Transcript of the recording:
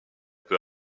peu